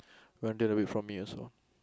from me also